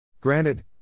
Granted